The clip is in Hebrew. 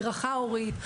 הדרכה הורית,